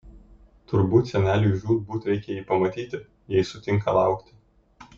turbūt seneliui žūtbūt reikia jį pamatyti jei sutinka laukti